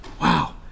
Wow